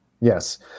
Yes